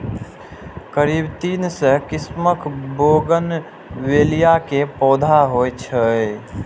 करीब तीन सय किस्मक बोगनवेलिया के पौधा होइ छै